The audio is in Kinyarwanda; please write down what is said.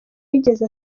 yigeze